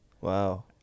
Wow